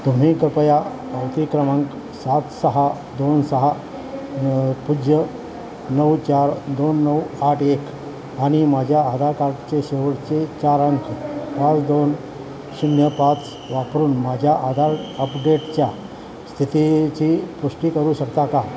तुम्ही कृपया पावती क्रमांक सात सहा दोन सहा पूज्य नऊ चार दोन नऊ आठ एक आणि माझ्या आधार कार्डचे शेवटचे चार अंक पाच दोन शून्य पाच वापरून माझ्या आधार अपडेटच्या स्थितीची पुष्टी करू शकता का